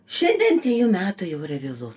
šiandien trejų metų jau yra vėlu